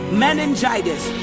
meningitis